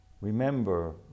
Remember